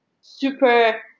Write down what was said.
super